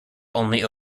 only